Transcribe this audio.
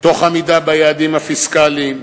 תוך עמידה ביעדים הפיסקליים,